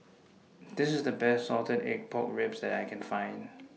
This IS The Best Salted Egg Pork Ribs that I Can Find